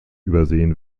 übersehen